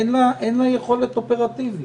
אין לה יכולת אופרטיבית.